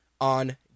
on